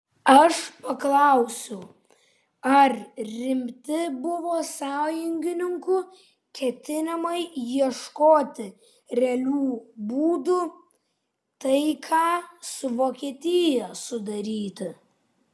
aš paklausiau ar rimti buvo sąjungininkų ketinimai ieškoti realių būdų taiką su vokietija sudaryti